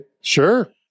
Sure